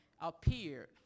appeared